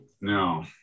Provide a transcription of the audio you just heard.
No